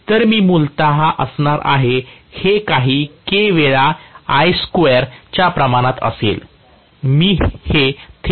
तर मी मूलत असणार आहे हे काही K वेळा I2 च्या प्रमाणात असेल